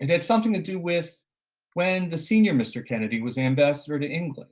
it had something to do with when the senior mr. kennedy was ambassador to england